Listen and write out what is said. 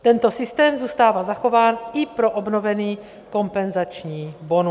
Tento systém zůstává zachován i pro obnovený kompenzační bonus.